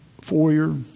foyer